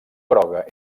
groga